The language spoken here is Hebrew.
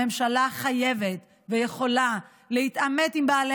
הממשלה חייבת ויכולה להתעמת עם בעלי